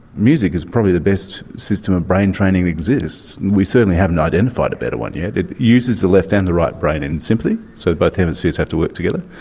music is probably the best system of brain training that exists. we certainly haven't identified a better one yet. it uses the left and the right brain in sympathy, so both hemispheres have to work together.